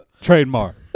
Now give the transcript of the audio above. trademark